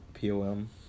POM